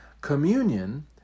communion